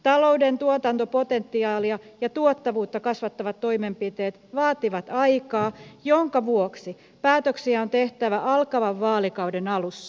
talouden tuotantopotentiaalia ja tuottavuutta kasvattavat toimenpiteet vaativat aikaa minkä vuoksi päätöksiä on tehtävä alkavan vaalikauden alussa